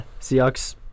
Seahawks